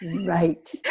Right